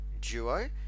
duo